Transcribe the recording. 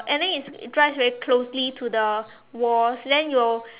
and then it drives very closely to the walls then you'll